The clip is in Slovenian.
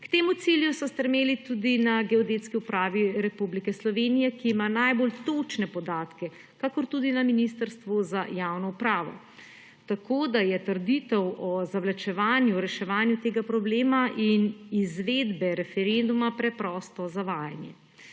K temu cilju so strmeli tudi na Geodetski upravi Republike Slovenije, ki ima najbolj točne podatke, kakor tudi na Ministrstvu za javno upravo. Tako da je trditev o zavlačevanju reševanju tega problema in izvedbe referenduma preprosto zavajanje.